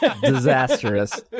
Disastrous